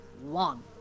one